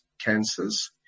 cancers